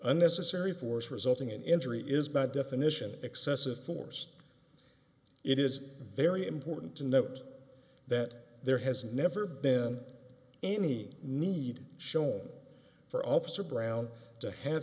unnecessary force resulting in injury is by definition excessive force it is very important to note that there has never been any need shown for officer brown to have